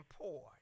poor